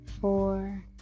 four